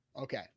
Okay